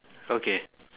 okay